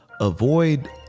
Avoid